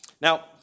Now